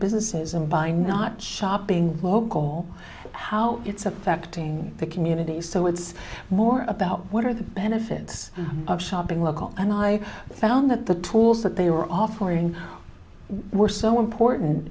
businesses and by not shopping local how it's affecting the communities so it's more about what are the benefits of shopping locally and i found that the tools that they were offering were so important